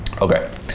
okay